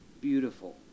beautiful